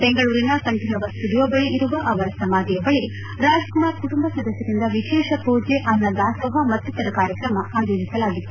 ಬೆಂಗಳೂರಿನ ಕಂಠೀರವ ಸ್ಟುಡಿಯೋ ಬಳಿ ಇರುವ ಅವರ ಸಮಾಧಿ ಬಳಿ ರಾಜ್ಕುಮಾರ್ ಕುಟುಂಬ ಸದಸ್ಯರಿಂದ ವಿಶೇಷ ಮೂಜೆ ಅನ್ನದಾಸೋಹ ಮತ್ತಿತರ ಕಾರ್ಯಕ್ರ ಆಯೋಜಿಸಲಾಗಿತ್ತು